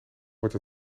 wordt